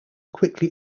quickly